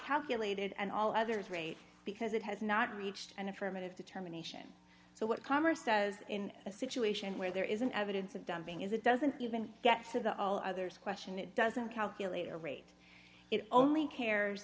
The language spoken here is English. calculated and all others rate because it has not reached an affirmative determination so what commerce says in a situation where there isn't evidence of dumping is it doesn't even get to the all others question it doesn't calculate a rate it only cares